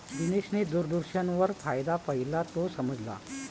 दिनेशने दूरदर्शनवर फायदा पाहिला, तो समजला